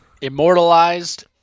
immortalized